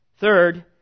Third